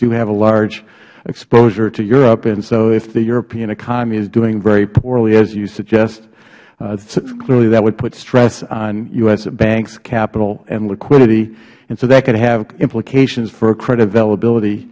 do have a large exposure to europe and so if the european economy is doing very poorly as you suggest clearly that would put stress on u s banks capital and liquidity and so that could have implications for credit availability